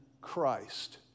Christ